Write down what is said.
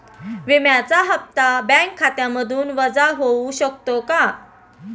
विम्याचा हप्ता बँक खात्यामधून वजा होऊ शकतो का?